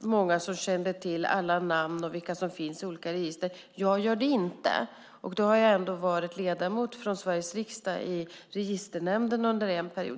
många som kände till alla namn och vilka som finns i olika register. Jag gör det inte, och då har jag ändå varit ledamot från Sveriges riksdag i Registernämnden under en period.